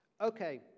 Okay